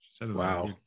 Wow